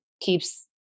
keeps